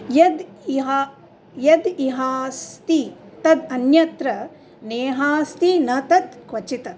यद् यः यद् इहास्ति तद् अन्यत्र यन्नेहास्ति न तत् क्वचित्